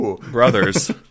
Brothers